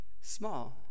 small